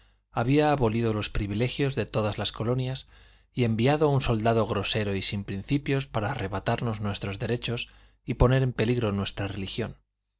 había abolido los privilegios de todas las colonias y enviado un soldado grosero y sin principios para arrebatarnos nuestros derechos y poner en peligro nuestra religión